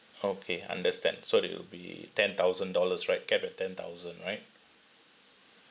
okay understand so that will be ten thousand dollars right capped at ten thousand right